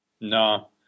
No